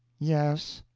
yes,